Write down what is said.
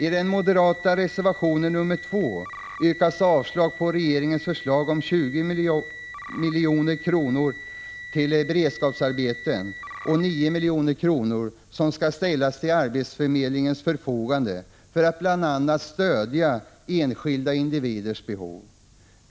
I den moderata reservationen 2 yrkas avslag på regeringens förslag om 20 milj.kr. till Beredskapsarbeten och 9 milj.kr. som skall ställas till arbetsförmedlingens förfogande för att bl.a. stödja enskilda individers behov.